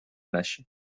نشیم